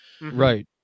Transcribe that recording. right